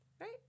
right